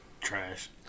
Trash